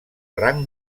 rang